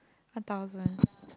one thousand